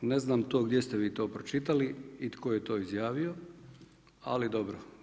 Ne zna gdje ste vi to pročitali i tko je to izjavio, ali dobro.